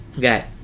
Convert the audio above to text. Got